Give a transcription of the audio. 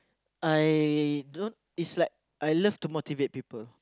I don't dislike I love to motivate people